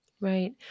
Right